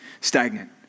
stagnant